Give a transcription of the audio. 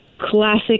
classic